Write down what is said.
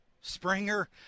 Springer